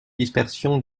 dispersion